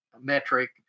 metric